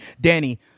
Danny